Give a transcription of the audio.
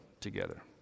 together